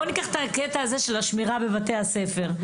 בואו ניקח את השמירה בבתי הספר,